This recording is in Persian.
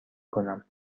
کنم